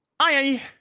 hi